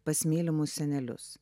pas mylimus senelius